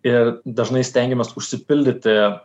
ir dažnai stengiamės užsipildyti